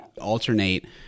alternate